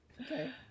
Okay